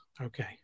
Okay